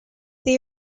they